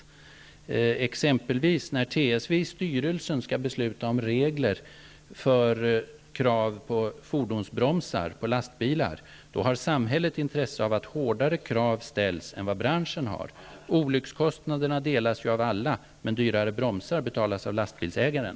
När exempelvis TSV:s styrelse skall besluta om regler för krav på fordonsbromsar på lastbilar har samhället större intresse än branschen av att hårdare krav ställs. Olyckskostnaderna delas av alla, men dyrare bromsar betalas av lastbilsägaren.